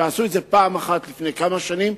ועשו את זה פעם אחת לפני כמה שנים,